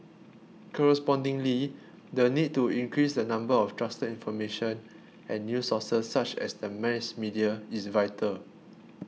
correspondingly the need to increase the number of trusted information and news sources such as the mass media is vital